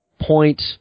point